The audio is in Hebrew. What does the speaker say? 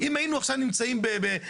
אם היינו עכשיו נמצאים ב-1990,